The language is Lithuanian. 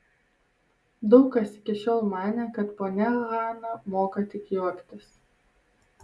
daug kas iki šiol manė kad ponia hana moka tik juoktis